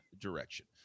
direction